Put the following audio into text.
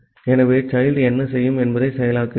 ஆகவே child என்ன செய்யும் என்பதை செயலாக்குகிறது